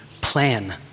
plan